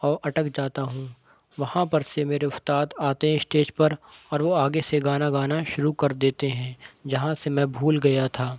اور اٹک جاتا ہوں وہاں پر سے میرے استا د آتے ہیں اسٹیج پر اور وہ آگے سے گانا گانا شروع کر دیتے ہیں جہاں سے میں بھول گیا تھا